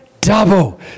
Double